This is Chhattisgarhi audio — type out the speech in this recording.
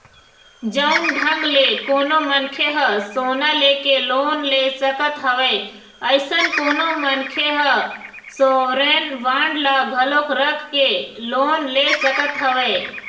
जउन ढंग ले कोनो मनखे ह सोना लेके लोन ले सकत हवय अइसन कोनो मनखे ह सॉवरेन बांड ल घलोक रख के लोन ले सकत हवय